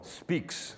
speaks